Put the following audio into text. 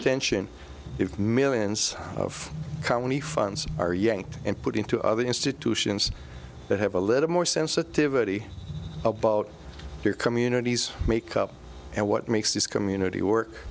attention if millions of county funds are yanked and put into other institutions that have a little more sensitivity about their communities makeup and what makes these community work